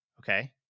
Okay